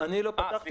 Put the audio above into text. אני לא פתחתי,